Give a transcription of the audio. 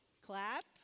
Clap